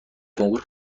کنکور